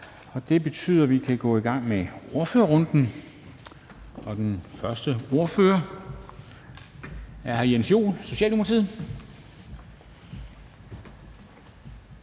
og det betyder, at vi kan gå i gang med ordførerrunden. Den første ordfører er hr. Jens Joel, Socialdemokratiet.